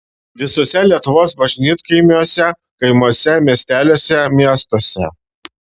visuose lietuvos bažnytkaimiuose kaimuose miesteliuose miestuose